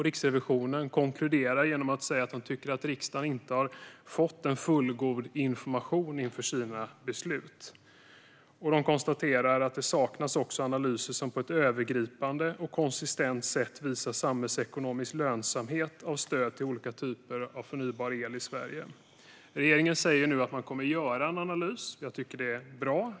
Riksrevisionen konkluderar genom att säga att de tycker att riksdagen inte har fått fullgod information inför sina beslut. De konstaterar också att det saknas analyser som på ett övergripande och konsistent sätt visar samhällsekonomisk lönsamhet med stöd till olika typer av förnybar el i Sverige. Regeringen säger nu att man kommer att göra en analys, vilket jag tycker är bra.